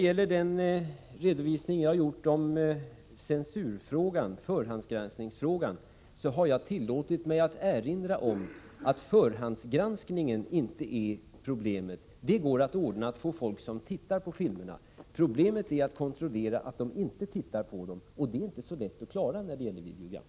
I den redovisning jag har gjort av förhandsgranskningsfrågan har jag tillåtit mig att erinra om att förhandsgranskningen inte är problemet — det går att ordna folk som tittar på filmerna. Problemet är att kontrollera att folk inte tittar på dem, och det är inte så lätt att klara när det gäller videogram.